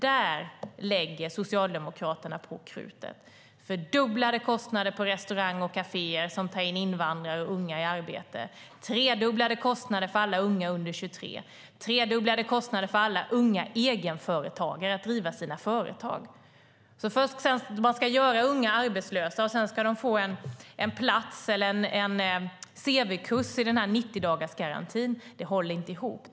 Det innebär fördubblade kostnader för restauranger och kaféer som ger arbete åt invandrare och unga, tredubblade kostnader för att anställa unga under 23 år samt tredubblade kostnader för alla unga egenföretagare att driva sina företag. Först gör man unga arbetslösa och sedan ska de få en plats eller en cv-kurs inom 90-dagarsgarantin. Det håller inte ihop.